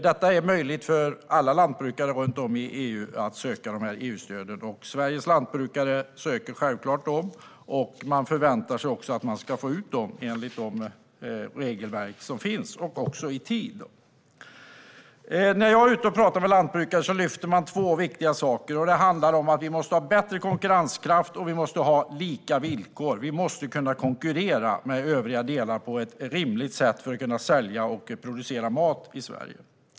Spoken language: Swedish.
Det är möjligt för alla lantbrukare runt om i EU att söka dessa EU-stöd, och Sveriges lantbrukare ansöker självklart om dem och förväntar sig att få ut dem enligt de regelverk som finns och också i tid. När jag är ute och pratar med lantbrukare lyfter de två viktiga saker. Det handlar om att vi måste ha bättre konkurrenskraft och lika villkor. Vi måste kunna konkurrera med övriga länder på ett rimligt sätt för att kunna sälja och producera mat i Sverige.